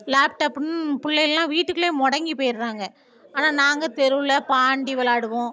லேப்டாப்புன்னு பிள்ளைகள்லாம் வீட்டுக்குள்ளேயே முடங்கி போயிடுறாங்க ஆனால் நாங்கள் தெருவில் பாண்டி விளாடுவோம்